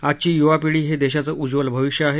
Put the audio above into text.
आजची युवा पिढी हे देशाचं उज्ज्वल भविष्य आहे